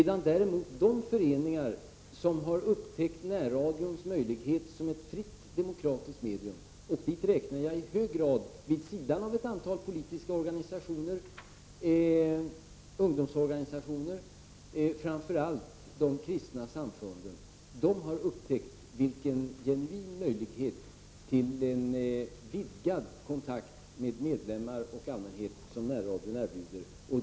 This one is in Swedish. De föreningar som har upptäckt närradions möjligheter som ett fritt demokratiskt medium, och till denna grupp räknar jag vid sidan av ett antal politiska organisationer och ungdomsorganisationer framför allt de kristna samfunden, har upptäckt vilken genuin möjlighet till en vidgad kontakt med medlemmar och allmänhet som närradion erbjuder.